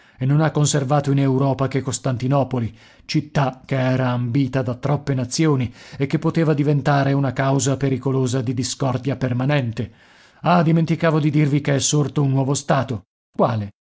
e non ha conservato in europa che costantinopoli città che era ambita da troppe nazioni e che poteva diventare una causa pericolosa di discordia permanente ah dimenticavo di dirvi che è sorto un nuovo stato quale